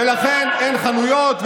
ולכן אין חנויות,